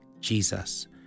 Jesus